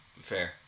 Fair